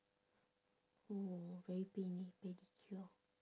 !whoa! very pain eh pedicure